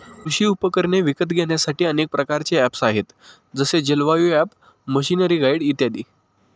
कृषी उपकरणे विकत घेण्यासाठी अनेक प्रकारचे ऍप्स आहेत जसे जलवायु ॲप, मशीनरीगाईड इत्यादी